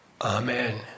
Amen